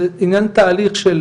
זה עניין תהליך של,